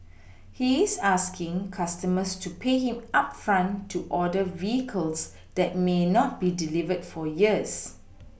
he's asking customers to pay him upfront to order vehicles that may not be delivered for years